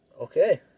Okay